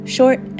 Short